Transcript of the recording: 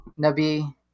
nabi